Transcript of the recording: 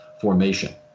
formation